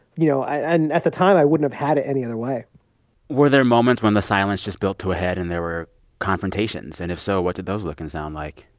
you know, and at the time, i wouldn't have had it any other way were there moments when the silence just built to a head and there were confrontations? and if so, what did those look and sound like?